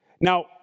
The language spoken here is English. Now